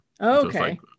Okay